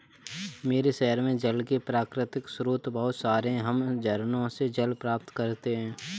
मेरे शहर में जल के प्राकृतिक स्रोत बहुत सारे हैं हम झरनों से जल प्राप्त करते हैं